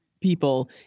people